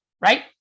right